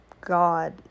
God